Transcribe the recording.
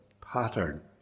pattern